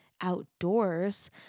outdoors